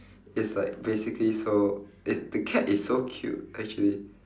is like basically so it the cat is so cute actually